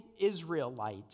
Israelite